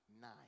nine